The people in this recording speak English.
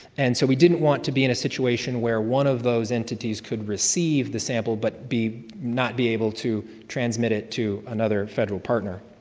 and so we didn't want to be in a situation where one of those entities could receive the sample but not be able to transmit it to another federal partner.